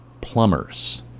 plumbers